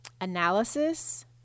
Analysis